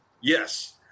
Yes